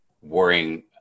worrying